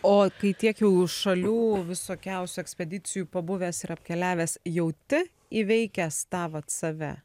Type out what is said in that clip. o kai tiek jau šalių visokiausių ekspedicijų pabuvęs ir apkeliavęs jauti įveikęs tą vat save